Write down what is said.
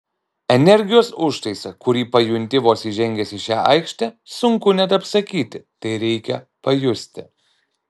energijos užtaisą kurį pajunti vos įžengęs į šią aikštę sunku net apsakyti tai reikia pajusti